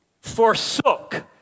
forsook